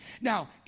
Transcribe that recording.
Now